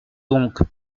donc